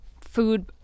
food